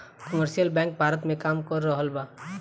commercial bank Bharat में काम कर रहल बा